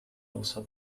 also